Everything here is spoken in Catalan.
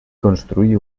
construí